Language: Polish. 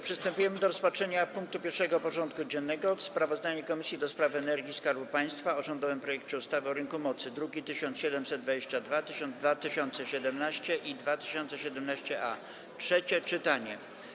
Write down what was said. Przystępujemy do rozpatrzenia punktu 1. porządku dziennego: Sprawozdanie Komisji do Spraw Energii i Skarbu Państwa o rządowym projekcie ustawy o rynku mocy (druki nr 1722, 2017 i 2017-A) - trzecie czytanie.